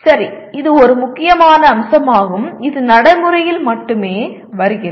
சரி இது ஒரு முக்கிய அம்சமாகும் இது நடைமுறையில் மட்டுமே வருகிறது